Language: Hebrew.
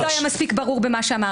משהו לא היה מספיק ברור במה שאמרתי.